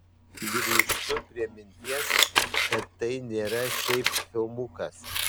grįžtu prie minties kad tai nėra šiaip filmukas